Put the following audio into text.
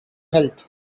help